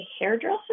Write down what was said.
hairdresser